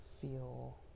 feel